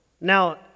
Now